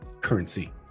currency